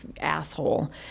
asshole